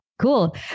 Cool